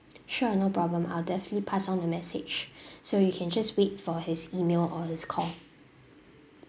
sure no problem I'll definitely pass on the message so you can just wait for his email or his call